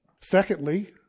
Secondly